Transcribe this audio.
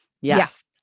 Yes